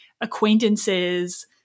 acquaintances